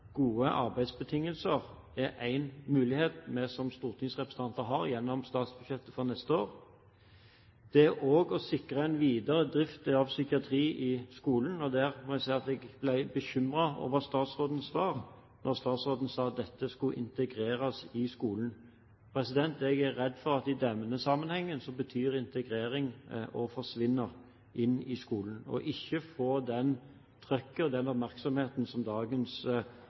gode arbeidsbetingelser er en mulighet vi som stortingsrepresentanter har gjennom statsbudsjettet for neste år. Når det gjelder det å sikre en videre drift av psykiatri i skolen, må jeg si at jeg ble bekymret over statsrådens svar, da hun sa at dette skulle integreres i skolen. Jeg er redd for at i denne sammenhengen betyr integrering å forsvinne inn i skolen, og ikke få det trykket eller den oppmerksomheten som dagens